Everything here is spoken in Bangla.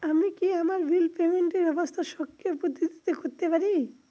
আমি কি আমার বিল পেমেন্টের ব্যবস্থা স্বকীয় পদ্ধতিতে করতে পারি?